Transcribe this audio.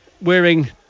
wearing